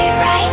right